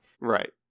Right